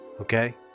Okay